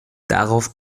darauf